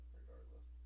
regardless